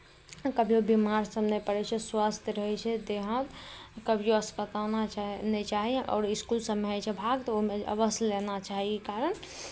कभिओ बिमारसभ नहि पड़ै छै स्वस्थ रहै छै देह हाथ कभिओ अस्कताना चाही नहि चाही आओर इसकुल सभमे होइ छै भाग तऽ ओहिमे अवश्य लेना चाही ई कारण